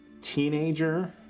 teenager